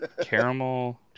caramel